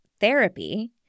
therapy